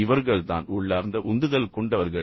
இவர்கள்தான் உள்ளார்ந்த உந்துதல் கொண்டவர்கள்